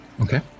okay